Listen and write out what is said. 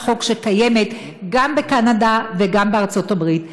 חוק שקיימת גם בקנדה וגם בארצות הברית,